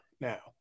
now